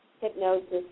hypnosis